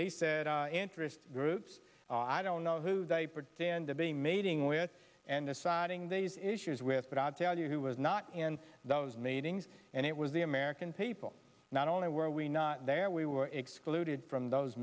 he said interest groups i don't know who diaper danda be mating with and deciding these issues with but i'll tell you who was not in those meetings and it was the american people not only were we not there we were excluded from those